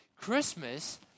Christmas